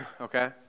okay